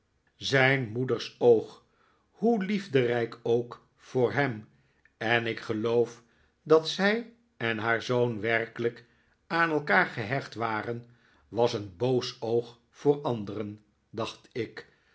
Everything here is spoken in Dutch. zijn moeders oog hoe liefderijk ook voor hem en ik geloof dat zij en haar zoon werkelijk aan elkaar gehecht waren was een boos oog voor anderen dacht ik